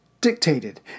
dictated